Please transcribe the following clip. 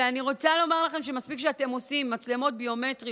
ואני רוצה לומר לכם שמספיק שאתם עושים בגוגל "מצלמות ביומטריות"